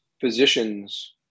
physicians